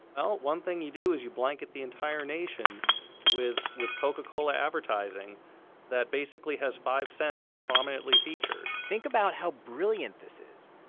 well, one thing you do is you blanket the entire nation with with coca-cola advertising that basically has five cents prominently featured think about how brilliant this is.